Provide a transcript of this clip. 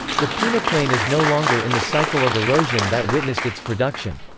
the peneplain is no longer in the cycle of erosion that witnessed its production.